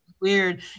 weird